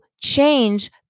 change